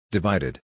Divided